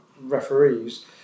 referees